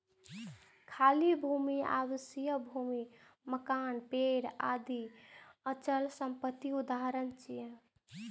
खाली भूमि, आवासीय भूमि, मकान, पेड़ आदि अचल संपत्तिक उदाहरण छियै